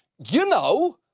you know.